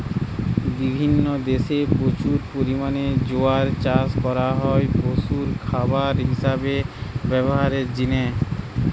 বিভিন্ন দেশে প্রচুর পরিমাণে জোয়ার চাষ করা হয় পশুর খাবার হিসাবে ব্যভারের জিনে